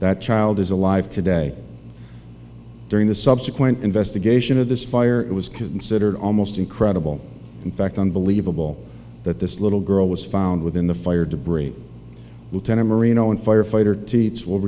that child is alive today during the subsequent investigation of this fire it was considered almost incredible in fact unbelievable that this little girl was found within the fire debris lieutenant marino and firefighter teats will